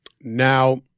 Now